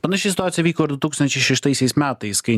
panaši situacija vyko ir du tūkstančiai šeštaisiais metais kai